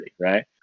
Right